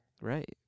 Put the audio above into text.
Right